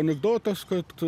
anekdotas kad